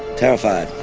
terrified,